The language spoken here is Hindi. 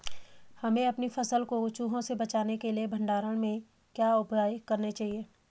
हमें अपनी फसल को चूहों से बचाने के लिए भंडारण में क्या उपाय करने चाहिए?